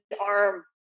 arm